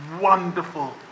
wonderful